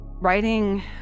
Writing